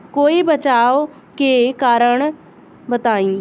कोई बचाव के कारण बताई?